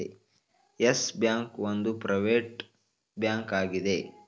Yes bank ಒಂದು private bank ಆಗಿದೆ